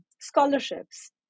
scholarships